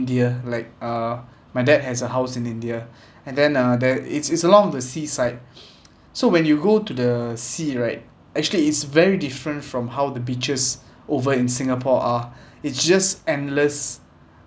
~dia like uh my dad has a house in india and then uh they it's it's along the seaside so when you go to the sea right actually is very different from how the beaches over in singapore are it's just endless